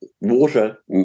water